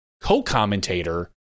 co-commentator